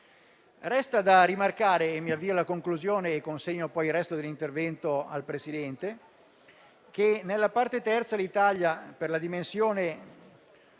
Resta da rimarcare - e mi avvio alla conclusione, consegnando poi il resto dell'intervento - che nella parte terza l'Italia per la dimensione